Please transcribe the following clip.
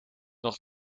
nog